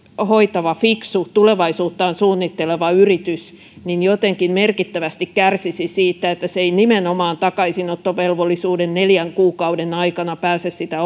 hoitava fiksu tulevaisuuttaan suunnitteleva yritys jotenkin merkittävästi kärsisi siitä että se ei nimenomaan takaisinottovelvollisuuden neljän kuukauden aikana pääse sitä